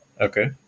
Okay